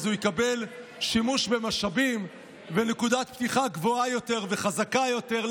אז הוא יקבל שימוש במשאבים ונקודת פתיחה גבוהה יותר וחזקה יותר.